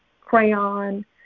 crayon